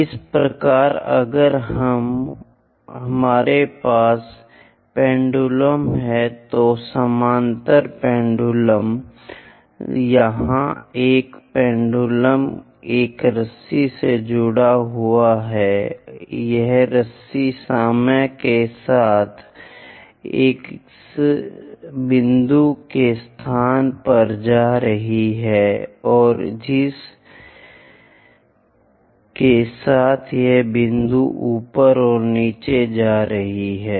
इसी प्रकार अगर हमारे पास पेंडुलम है तो समांतर पेंडुलम यहाँ एक पेंडुलम एक रस्सी से जुड़ा हुआ है और यह रस्सी समय के साथ इस बिंदु के स्थान पर जा रही है और जिसके साथ यह बिंदु ऊपर और नीचे जा रहा है